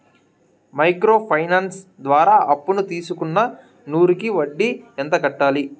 Micro finance ద్వారా అప్పును తీసుకున్న నూరు కి వడ్డీ ఎంత కట్టాలి?